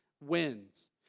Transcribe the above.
wins